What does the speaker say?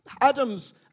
Adam's